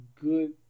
good